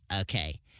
Okay